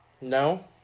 No